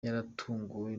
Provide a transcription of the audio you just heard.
yaratunguwe